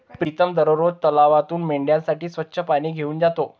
प्रीतम दररोज तलावातून मेंढ्यांसाठी स्वच्छ पाणी घेऊन जातो